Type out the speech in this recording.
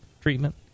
treatment